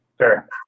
Sure